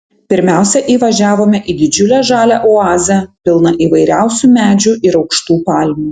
pirmiausia įvažiavome į didžiulę žalią oazę pilną įvairiausių medžių ir aukštų palmių